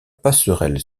passerelle